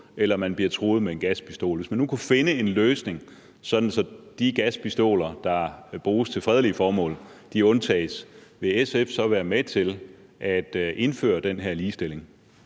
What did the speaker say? eller om man bliver truet med en gaspistol, og hvis vi nu kunne finde en løsning, sådan at de gaspistoler, der bruges til fredelige formål, undtages, så vil være med til at indføre den her ligestilling.